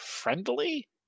friendly